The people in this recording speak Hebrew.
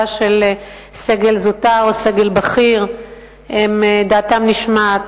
של סגל זוטר או סגל בכיר דעתם נשמעת.